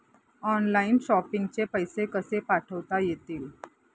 Online shopping चे पैसे कसे पाठवता येतील?